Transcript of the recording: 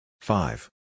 Five